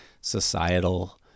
societal